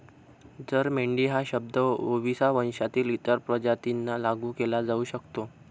जरी मेंढी हा शब्द ओविसा वंशातील इतर प्रजातींना लागू केला जाऊ शकतो